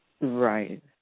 Right